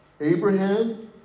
Abraham